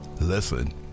Listen